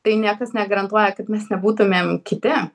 tai niekas negarantuoja kad mes nebūtumėm kiti